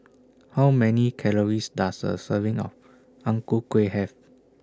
How Many Calories Does A Serving of Ang Ku Kueh Have